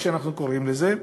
כפי שאנחנו קוראים לזה,